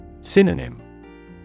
Synonym